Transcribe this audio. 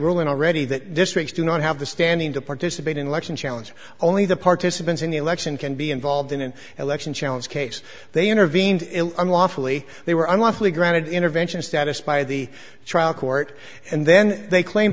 ruling already that districts do not have the standing to participate in election challenge only the participants in the election can be involved in an election challenge case they intervened unlawfully they were unlawfully granted intervention status by the trial court and then they claim